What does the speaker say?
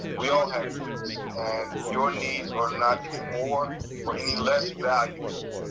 we all have needs. and your needs are not any more or any less valuable